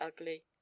ugly